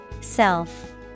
Self